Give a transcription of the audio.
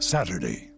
Saturday